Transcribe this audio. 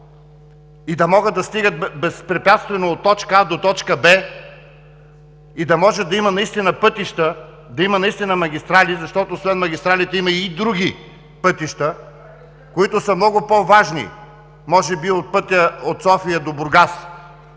и да могат да стигат безпрепятствено от точка „А“ до точка „Б“, и да може да има наистина пътища и магистрали, защото освен магистралите има и други пътища, които са много по-важни може би от пътя от София до Бургас,